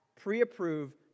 pre-approve